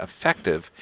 effective